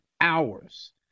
hours